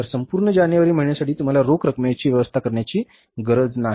तर संपूर्ण जानेवारी महिन्यासाठी तुम्हाला रोख रकमेची व्यवस्था करण्याची गरज नाही